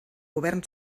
govern